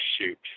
shoot